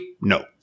no